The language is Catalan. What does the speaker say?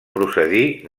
procedir